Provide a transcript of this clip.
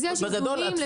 אז יש אזורים -- בגדול,